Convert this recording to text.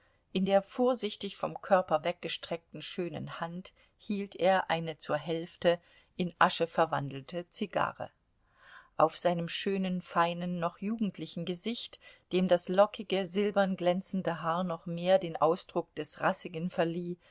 in der vorsichtig vom körper weggestreckten schönen hand hielt er eine zur hälfte in asche verwandelte zigarre auf seinem schönen feinen noch jugendlichen gesicht dem das lockige silbern glänzende haar noch mehr den ausdruck des rassigen verlieh